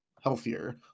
healthier